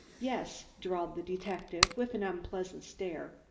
yes, drawled the detective, with an unpleasant stare,